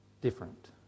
different